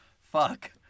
Fuck